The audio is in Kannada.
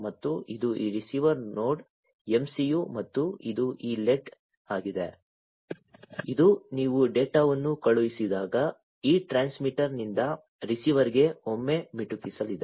ಮತ್ತು ಇದು ಈ ರಿಸೀವರ್ ನೋಡ್ MCU ಮತ್ತು ಇದು ಈ ಲೆಡ್ ಆಗಿದೆ ಇದು ನೀವು ಡೇಟಾವನ್ನು ಕಳುಹಿಸಿದಾಗ ಈ ಟ್ರಾನ್ಸ್ಮಿಟರ್ನಿಂದ ರಿಸೀವರ್ಗೆ ಒಮ್ಮೆ ಮಿಟುಕಿಸಲಿದೆ